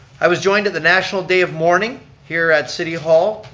i was joined at the national day of mourning here at city hall,